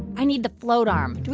i need the float arm. do we